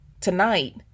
Tonight